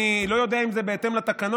אני לא יודע אם זה בהתאם לתקנון,